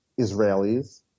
Israelis